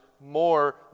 more